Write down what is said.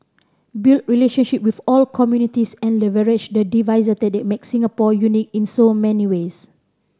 build relationship with all communities and leverage the diversity that makes Singapore unique in so many ways